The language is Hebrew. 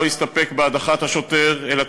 לא יסתפק בהדחת השוטר אלא,